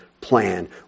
plan